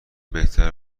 بهتر